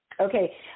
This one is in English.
Okay